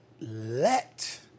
Let